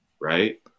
Right